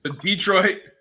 Detroit